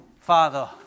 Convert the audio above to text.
Father